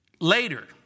Later